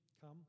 Come